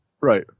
Right